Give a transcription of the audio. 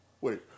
Wait